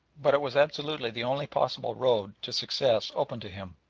but it was absolutely the only possible road to success open to him,